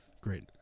Great